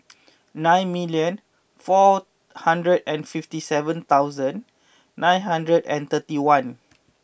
nine million four hundred and fifty seven thouasnd nine hundred and thirty one